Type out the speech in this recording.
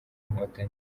inkotanyi